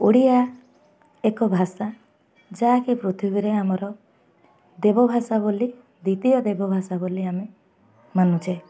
ଓଡ଼ିଆ ଏକ ଭାଷା ଯାହାକି ପୃଥିବୀରେ ଆମର ଦେବ ଭାଷା ବୋଲି ଦ୍ୱିତୀୟ ଦେବ ଭାଷା ବୋଲି ଆମେ ମାନୁଛେ